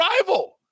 rival